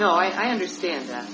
now i understand that